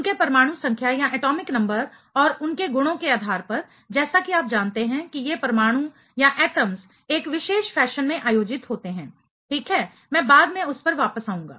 उनके परमाणु संख्या एटॉमिक नंबर और उनके गुणों के आधार पर जैसा कि आप जानते हैं कि ये परमाणु एक विशेष फैशन में आयोजित होते हैं ठीक है मैं बाद में उस पर वापस आऊंगा